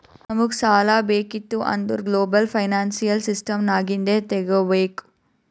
ನಮುಗ್ ಸಾಲಾ ಬೇಕಿತ್ತು ಅಂದುರ್ ಗ್ಲೋಬಲ್ ಫೈನಾನ್ಸಿಯಲ್ ಸಿಸ್ಟಮ್ ನಾಗಿಂದೆ ತಗೋಬೇಕ್